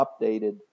updated